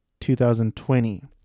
2020